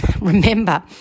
remember